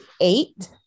eight